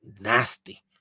nasty